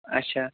اَچھا